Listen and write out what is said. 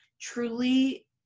truly